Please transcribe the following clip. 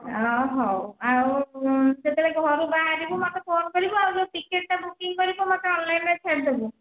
ଅ ହଉ ଆଉ କେତେବେଳେ ଘରୁ ବାହାରିବୁ ମୋତେ ଫୋନ କରିବୁ ଆଉ ଯେଉଁ ଟିକେଟ ଟା ବୁକିଙ୍ଗ କରିବୁ ମୋତେ ଅନଲାଇନ ରେ ଛାଡ଼ି ଦେବୁ